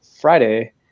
Friday